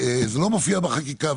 רק בגלל שזה לא מופיע בחקיקה.